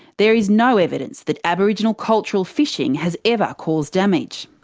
there is no evidence that aboriginal cultural fishing has ever caused damage.